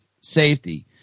safety